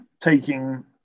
taking